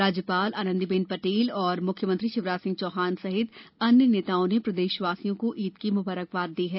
राज्यपाल आनंदी बेन पटेल और मुख्यमंत्री शिवराज सिंह चौहान सहित अन्य नेताओं ने प्रदेशवासियों को ईद की मुबारकबाद दी है